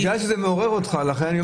בגלל שזה מעורר אותך, לכן אני אומר.